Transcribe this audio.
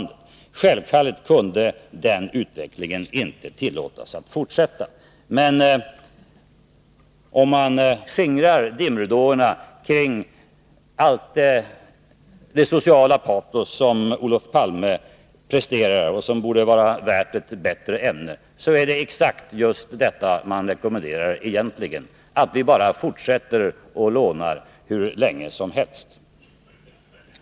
Självfallet kunde den utvecklingen inte tillåtas fortsätta. Men om man skingrar dimridåerna kring allt det sociala patos som Olof Palme presterar och som 75 borde vara värt ett bättre ämne är det exakt detta socialdemokraterna vill att vi skall göra.